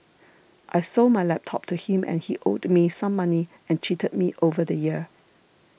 I sold my laptop to him and he owed me some money and cheated me over the year